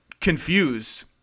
confused